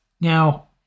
Now